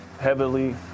heavily